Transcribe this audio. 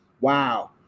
Wow